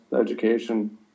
education